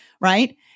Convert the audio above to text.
right